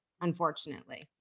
unfortunately